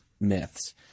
myths